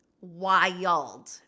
wild